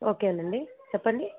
ఓకేనండి చెప్పండి